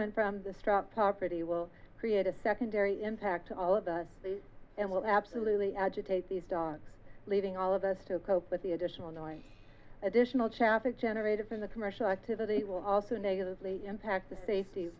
and from the straw property will create a secondary impact to all of these and will absolutely agitate these dogs leaving all of us to cope with the additional noise additional shafik generated from the commercial activity will also negatively impact the safety